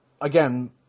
again